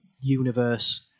universe